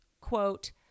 quote